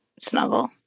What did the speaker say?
snuggle